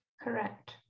Correct